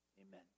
Amen